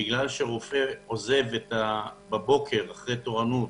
כשרופא עוזב את התורנות